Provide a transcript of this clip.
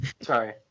Sorry